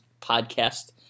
podcast